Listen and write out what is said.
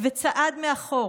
וצעד מאחור.